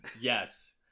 Yes